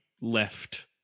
left